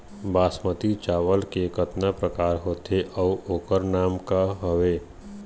बासमती चावल के कतना प्रकार होथे अउ ओकर नाम क हवे?